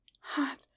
hot